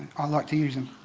i like to use them.